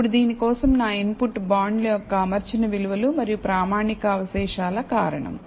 ఇప్పుడు దీని కోసం నా ఇన్పుట్ బాండ్ల యొక్క అమర్చిన విలువలు మరియు ప్రామాణిక అవశేషాలు కారణం